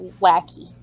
lackey